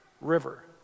river